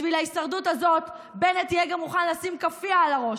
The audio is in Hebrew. בשביל ההישרדות הזאת בנט יהיה גם מוכן לשים כאפיה על הראש.